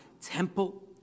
temple